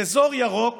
באזור ירוק